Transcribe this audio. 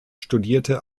studierte